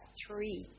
three